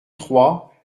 trois